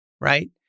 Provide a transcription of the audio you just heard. right